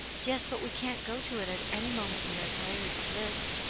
yes, but we can't go to it at any moment we are tired of this.